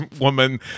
woman